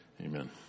Amen